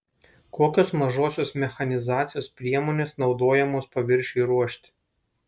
kokios mažosios mechanizacijos priemonės naudojamos paviršiui ruošti